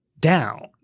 down